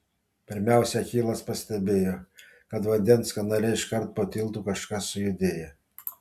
pirmiausia achilas pastebėjo kad vandens kanale iškart po tiltu kažkas sujudėjo